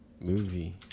Movie